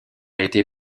été